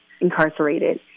incarcerated